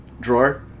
drawer